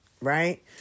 right